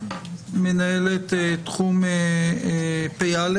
מנהלת תחום פ"א,